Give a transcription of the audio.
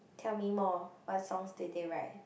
tell me more what songs did they write